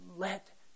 Let